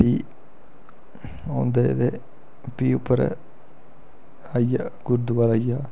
फ्ही औंदे ते फ्ही उप्पर आई गेआ गुरुद्वारा आई गेआ